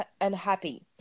unhappy